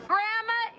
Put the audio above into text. Grandma